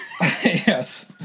Yes